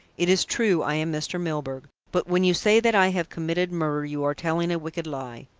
it is true i am mr. milburgh, but when you say that i have committed murder you are telling a wicked lie.